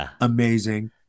amazing